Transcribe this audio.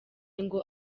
ngo